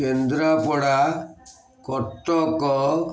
Kendrapara Cuttack